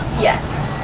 yes.